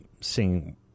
seeing